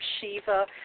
Shiva